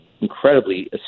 incredibly